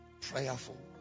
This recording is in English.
Prayerful